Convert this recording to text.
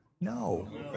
No